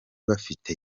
bafite